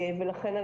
לכן,